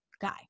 guy